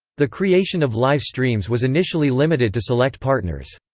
the creation of live streams was initially limited to select partners.